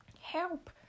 Help